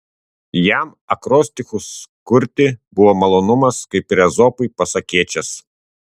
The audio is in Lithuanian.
jam akrostichus kurti buvo malonumas kaip ir ezopui pasakėčias